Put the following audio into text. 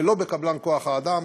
ולא בקבלן כוח האדם.